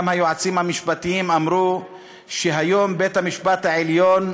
גם היועצים המשפטיים אמרו שהיום בית-המשפט העליון,